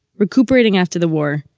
recuperating after the war,